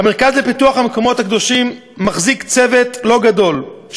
המרכז לפיתוח המקומות הקדושים מחזיק צוות לא-גדול,